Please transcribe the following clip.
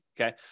okay